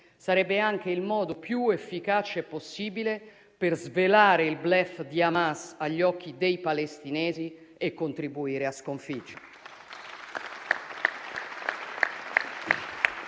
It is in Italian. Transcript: sarebbe anche il modo più efficace possibile per svelare il *bluff* di Hamas agli occhi dei palestinesi e contribuire a sconfiggerli.